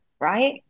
right